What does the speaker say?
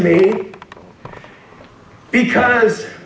me because